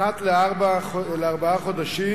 אחת לארבעה חודשים,